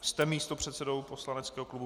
Jste místopředsedou poslaneckého klubu?